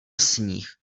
sníh